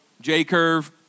J-Curve